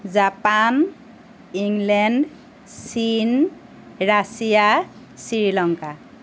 Japan England চীন Russia Sri Lanka